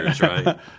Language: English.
right